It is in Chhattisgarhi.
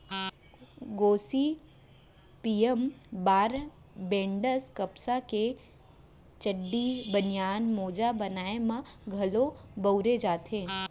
गोसिपीयम बारबेडॅन्स कपसा के चड्डी, बनियान, मोजा बनाए म घलौ बउरे जाथे